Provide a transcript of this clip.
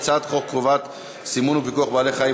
ההצעה להעביר את הצעת חוק חובת סימון ופיקוח על בעלי-חיים,